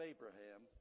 Abraham